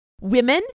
Women